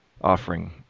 offering